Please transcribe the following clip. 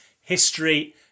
history